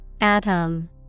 Atom